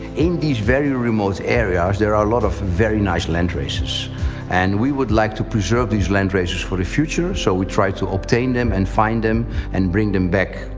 in these very remote areas there are a lot of very nice land races and we would like to preserve these land races for the future so we try to obtain them and find them and bring them back.